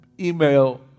Email